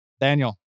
Daniel